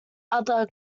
other